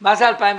מה זה 2016?